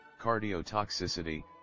cardiotoxicity